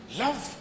love